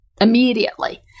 immediately